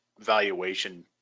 valuation